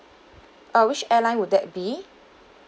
uh which airline would that be